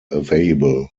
available